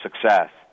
success